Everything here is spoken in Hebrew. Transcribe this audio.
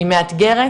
היא מאתגרת